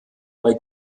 bei